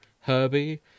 Herbie